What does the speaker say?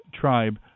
tribe